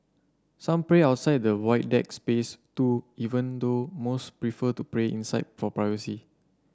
some pray outside the Void Deck space too even though most prefer to pray inside for privacy